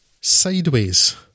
Sideways